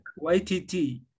YTT